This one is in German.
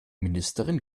ministerin